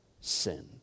sin